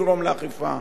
אמרתי קודם,